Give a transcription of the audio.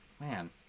Man